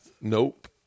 Nope